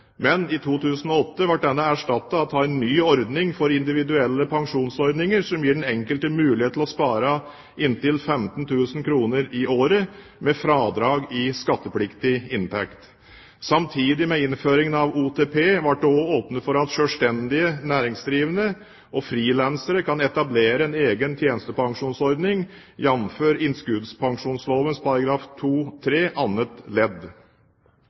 men i 2008 ble denne erstattet av en ny ordning for individuelle pensjonsordninger som gir den enkelte mulighet til å spare inntil 15 000 kr i året, med fradrag i skattepliktig inntekt. Samtidig med innføringen av OTP ble det også åpnet for at selvstendig næringsdrivende og frilansere kan etablere en egen tjenestepensjonsordning, jf. innskuddspensjonsloven § 2-3 annet ledd.